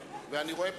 רגע.